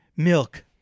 Milk